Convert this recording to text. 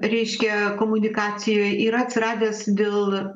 reiškia komunikacijoj yra atsiradęs dėl